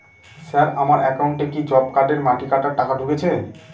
Sir আমার একাউন্টে কি জব কার্ডের মাটি কাটার টাকা ঢুকেছে?